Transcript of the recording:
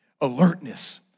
alertness